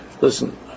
Listen